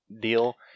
deal